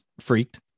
Freaked